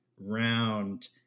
round